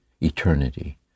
Eternity